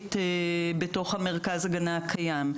הערבית במרכז ההגנה הקיים.